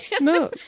No